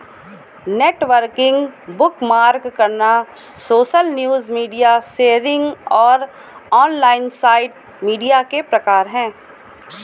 networking, bookmark करना, social news, media sharing और online site media के प्रकार हैं